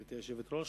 גברתי היושבת-ראש,